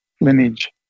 lineage